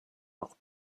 noch